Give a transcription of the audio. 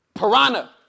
Piranha